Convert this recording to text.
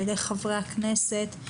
על ידי חברי הכנסת,